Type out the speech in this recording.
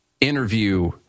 interview